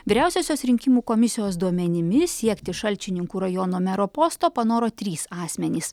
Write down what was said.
vyriausiosios rinkimų komisijos duomenimis siekti šalčininkų rajono mero posto panoro trys asmenys